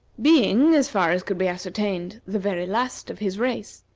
being, as far as could be ascertained, the very last of his race,